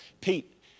Pete